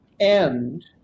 end